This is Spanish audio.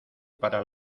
para